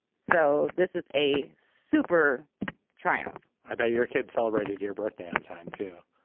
so this is a super triumph i bet your kids celebrated your birthday on time to.